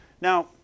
Now